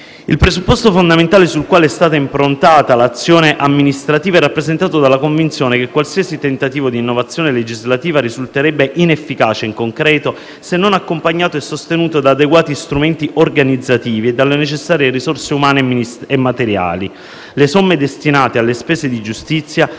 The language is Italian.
Il presupposto fondamentale sul quale è stata improntata l'azione amministrativa è rappresentato dalla convinzione che qualsiasi tentativo di innovazione legislativa risulterebbe inefficace in concreto se non accompagnato e sostenuto da adeguati strumenti organizzativi e dalle necessarie risorse umane e materiali. Le somme destinate alle spese di giustizia